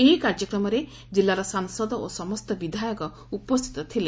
ଏହି କାର୍ଯ୍ୟକ୍ରମରେ ଜିଲ୍ଲାର ସାଂସଦ ଓ ସମସ୍ତ ବିଧାୟକ ଉପସ୍ତିତ ଥିଲେ